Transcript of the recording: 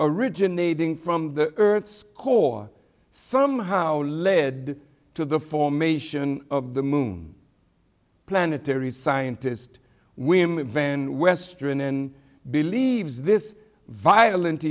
originating from the earth's core somehow led to the formation of the moon planetary scientist wim van westron in believes this violen